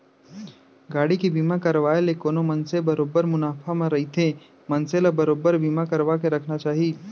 गाड़ी के बीमा करवाय ले कोनो मनसे बरोबर मुनाफा म रहिथे मनसे ल बरोबर बीमा करवाके रखना चाही